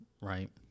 right